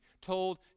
told